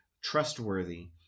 trustworthy